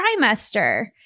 trimester